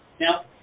Now